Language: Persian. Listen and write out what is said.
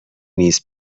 نیز